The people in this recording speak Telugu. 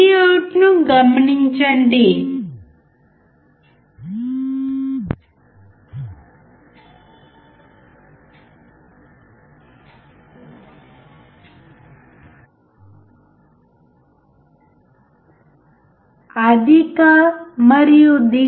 Vout ను గమనించండి మరియు పీక్ టు పీక్ వోల్టేజ్ను గమనించండి